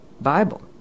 Bible